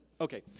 Okay